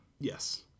Yes